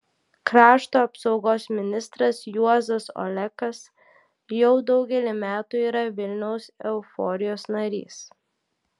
krašto apsaugos ministras juozas olekas jau daugelį metų yra vilniaus euforijos narys